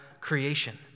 creation